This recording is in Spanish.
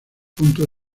punto